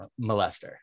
molester